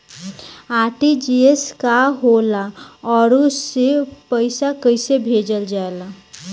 RTGS का होला आउरओ से पईसा कइसे भेजल जला?